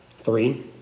Three